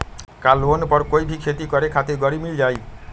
का लोन पर कोई भी खेती करें खातिर गरी मिल जाइ?